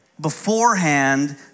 beforehand